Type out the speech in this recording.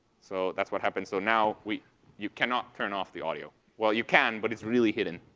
so that's what happened. so now we you cannot turn off the audio. well, you can, but it's really hidden,